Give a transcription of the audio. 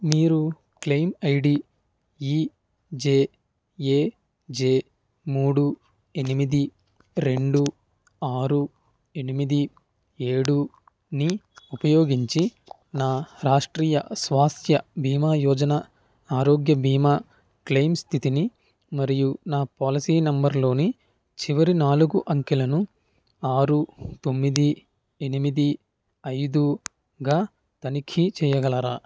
మీరు claim ID ఇజెఎజె మూడు ఎనిమిది రెండు ఆరు ఎనిమిది ఏడుని ఉపయోగించి నా రాష్ట్రీయ స్వాస్థ్య బీమా యోజన ఆరోగ్య బీమా క్లెయిమ్ స్థితిని మరియు నా పాలసీ నంబర్లోని చివరి నాలుగు అంకెలను ఆరు తొమ్మిది ఎనిమిది ఐదుగా తనిఖీ చెయ్యగలరా